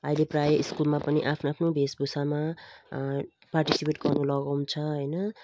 अहिले प्रायः स्कुलमा पनि आफ्नो आफ्नो भेषभूषामा पार्टिसिपेट गर्नु लगाउँछ होइन